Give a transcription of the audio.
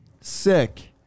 sick